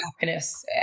happiness